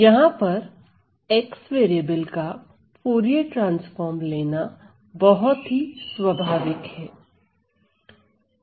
यहां पर x variable का फूरिये ट्रांसफॉर्म लेना बहुत ही स्वाभाविक है